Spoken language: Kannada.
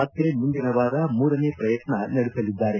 ಮತ್ತೆ ಮುಂದಿನ ವಾರ ಮೂರನೇ ಪ್ರಯತ್ನ ನಡೆಸಲಿದ್ದಾರೆ